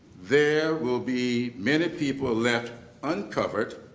there will be many people left uncovered,